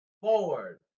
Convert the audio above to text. Forward